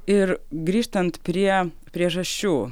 ir grįžtant prie priežasčių